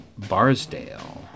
barsdale